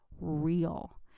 real